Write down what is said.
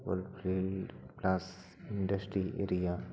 coalfield ᱤᱱᱰᱟᱥ industry area